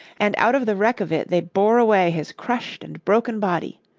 and out of the wreck of it they bore away his crushed and broken body.